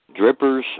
drippers